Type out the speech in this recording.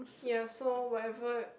ya so whatever